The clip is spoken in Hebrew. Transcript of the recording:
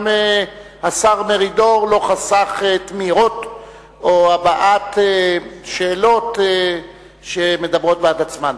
גם השר מרידור לא חסך תמיהות או הבעת שאלות שמדברות בעד עצמן.